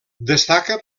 destaca